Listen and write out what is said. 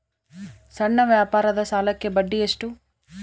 ಸಣ್ಣ ವ್ಯಾಪಾರದ ಸಾಲಕ್ಕೆ ಬಡ್ಡಿ ಎಷ್ಟು?